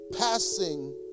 Passing